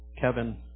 Kevin